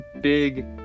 big